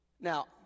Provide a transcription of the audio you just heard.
Now